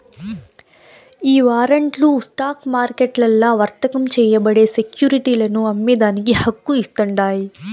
ఈ వారంట్లు స్టాక్ మార్కెట్లల్ల వర్తకం చేయబడే సెక్యురిటీలను అమ్మేదానికి హక్కు ఇస్తాండాయి